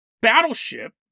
battleship